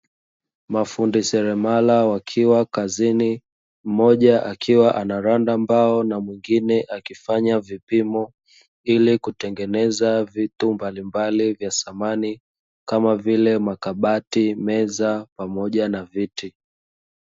Mafundi seremala wakiwa kazini mmoja akiwa anaranda mbao na mwingine akifanya vipimo ili kutengeneza vitu mbalimbali vya samani kama vile; makabati, meza pamoja na viti.